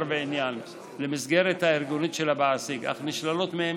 ועניין למסגרת הארגונית של המעסיק אך נשללות מהם